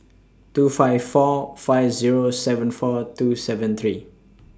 two five four five Zero seven four two seven three